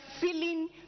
feeling